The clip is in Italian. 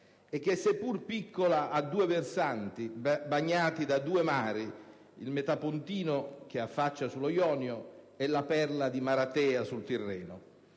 e che, seppur piccola, ha due versanti, bagnati da due mari: il metapontino, che affaccia sul mare Ionio, e quello della perla di Maratea, sul Tirreno.